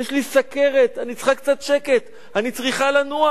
יש לי סוכרת, אני צריכה קצת שקט, אני צריכה לנוח,